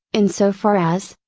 in so far as,